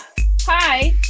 Hi